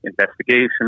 investigation